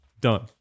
Done